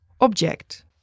object